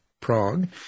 Prague